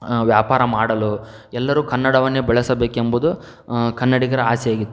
ವ್ಯಾಪಾರ ಮಾಡಲು ಎಲ್ಲರೂ ಕನ್ನಡವನ್ನೇ ಬಳಸಬೇಕೆಂಬುದು ಕನ್ನಡಿಗರ ಆಸೆಯಾಗಿತ್ತು